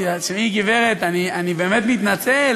אמרתי לה: תשמעי, גברת, אני באמת מתנצל.